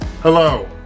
Hello